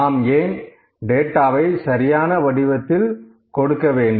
நாம் ஏன் டேட்டாவை சரியான வடிவத்தில் தரவேண்டும்